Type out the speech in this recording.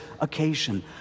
occasion